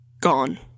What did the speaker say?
gone